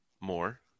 More